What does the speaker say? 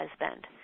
husband